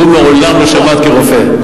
שהוא מעולם לא שבת כרופא.